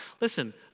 listen